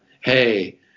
hey